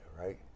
right